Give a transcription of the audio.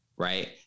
Right